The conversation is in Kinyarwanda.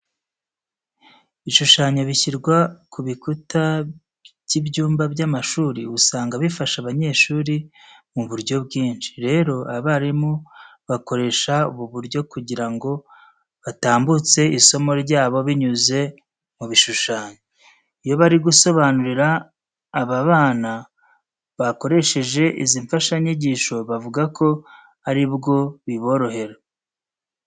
Ibishushanyo bishyirwa ku bikuta by'ibyumba by'amashuri usanga bifasha abanyeshuri mu buryo bwinshi. Rero abarimu bakoresha ubu buryo kugira ngo batambutse isomo ryabo binyuze mu bishushanyo. Iyo bari gusobanurira aba bana bakoresheje izi mfashanyigisho bavuga ko ari bwo biborohera.